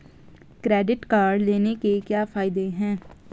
Credit card लेने के क्या फायदे हैं?